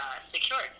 secured